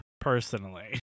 personally